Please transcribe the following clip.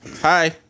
hi